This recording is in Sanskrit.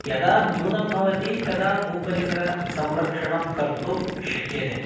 यदा न्यूनं भवति तदा भूपरिसरसंरक्षणं कर्तुं शक्यते